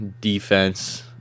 defense